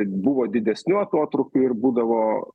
buvo didesnių atotrūkių ir būdavo